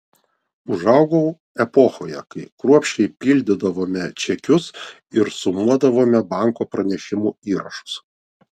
užaugau epochoje kai kruopščiai pildydavome čekius ir sumuodavome banko pranešimų įrašus